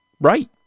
right